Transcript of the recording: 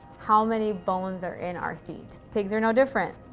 how many bones are in our feet? pigs are no different,